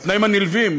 התנאים הנלווים,